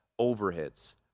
overhits